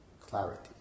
clarity